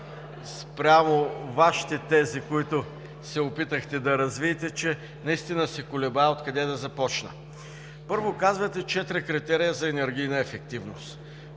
спрямо Вашите тези, които се опитахте да развиете, че наистина се колебая от къде да започна. Първо, казвате – четири критерия за енергийна ефективност.